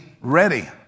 ready